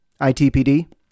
ITPD